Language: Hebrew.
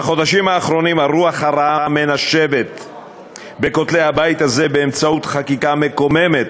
הרוח הרעה המנשבת בין כותלי הבית הזה באמצעות חקיקה מקוממת